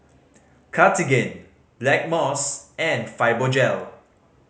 Cartigain Blackmores and Fibogel